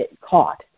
caught